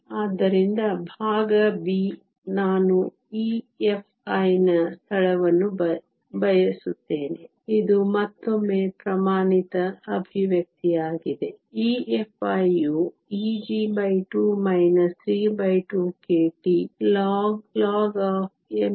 ಆದ್ದರಿಂದ ಭಾಗ b ನಾವು EFi ನ ಸ್ಥಳವನ್ನು ಬಯಸುತ್ತೇವೆ ಇದು ಮತ್ತೊಮ್ಮೆ ಪ್ರಮಾಣಿತ ಅಭಿವ್ಯಕ್ತಿಯಾಗಿದೆ EFi ಯು Eg2 32 kTln ln meimhi